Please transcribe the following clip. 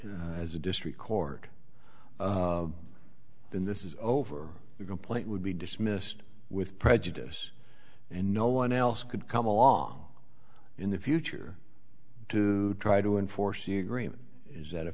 did as a district court in this is over the complaint would be dismissed with prejudice and no one else could come along in the future to try to enforce the agreement is that a